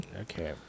Okay